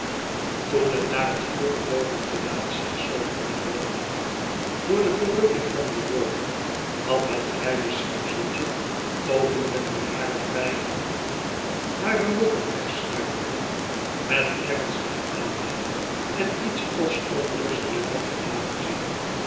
toen het naar het vuur gebogen gelaat zich zoo opgewonden had door de verrukking van die woorden had het kleine schepseltje openlijk met hare vrije hand hare lokken wegschuivende met ernstige aandacht en iets als onrust naar dat gelaat gezien